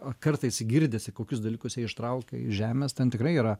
o kartais girdisi kokius dalykus jie ištraukia iš žemės ten tikrai yra